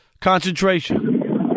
concentration